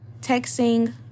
texting